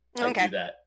Okay